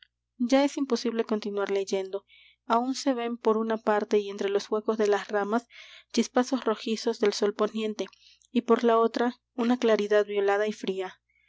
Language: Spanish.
ya es imposible continuar leyendo aún se ven por una parte y entre los huecos de las ramas chispazos rojizos del sol poniente y por la otra una claridad violada y fría